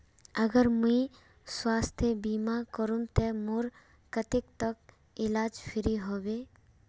अगर मुई स्वास्थ्य बीमा करूम ते मोर कतेक तक इलाज फ्री होबे?